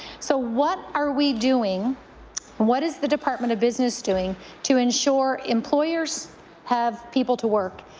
so what are we doing what is the department of business doing to ensure employers have people to work?